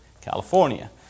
California